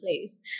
place